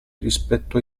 rispetto